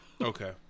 Okay